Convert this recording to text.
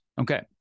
Okay